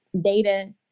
data